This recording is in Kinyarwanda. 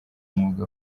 mwuga